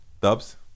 Dubs